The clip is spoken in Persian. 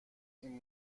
این